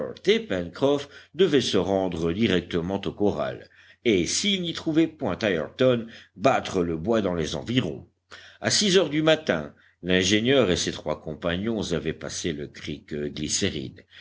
devaient se rendre directement au corral et s'ils n'y trouvaient point ayrton battre le bois dans les environs à six heures du matin l'ingénieur et ses trois compagnons avaient passé le creek glycérine